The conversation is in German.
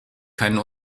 keinen